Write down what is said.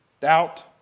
doubt